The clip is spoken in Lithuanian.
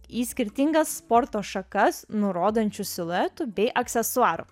į skirtingas sporto šakas nurodančių siluetų bei aksesuarų